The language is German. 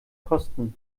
kosten